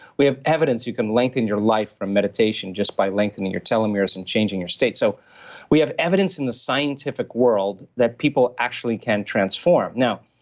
we have evidence you can lengthen your life from meditation just by lengthening your telomeres and changing your state. so we have evidence in the scientific world that people actually can transform now,